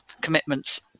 commitments